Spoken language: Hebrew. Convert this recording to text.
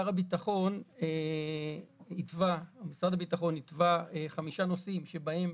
משרד הביטחון התווה חמישה נושאים שבהם